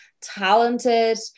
talented